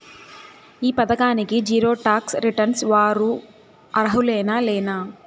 ఈ పథకానికి zero tax returns వారు అర్హులేనా లేనా?